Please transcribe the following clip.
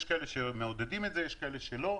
יש כאלה שמעודדים את זה, יש כאלה שלא.